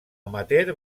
amateur